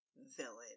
villain